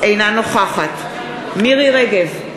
אינה נוכחת מירי רגב,